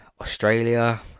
Australia